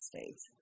States